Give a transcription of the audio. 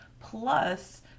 Plus